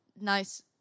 nice